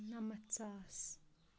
نَمَتھ ساس